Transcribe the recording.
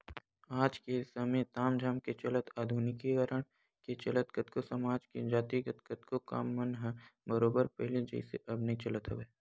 आज के समे ताम झाम के चलत आधुनिकीकरन के चलत कतको समाज के जातिगत कतको काम मन ह बरोबर पहिली जइसे अब नइ चलत हवय